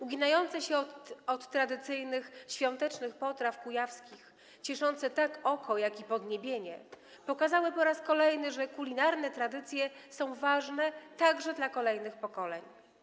Uginające się od tradycyjnych świątecznych potraw kujawskich, cieszące zarówno oko, jak i podniebienie pokazały po raz kolejny, że kulinarne tradycje są ważne także dla kolejnych pokoleń.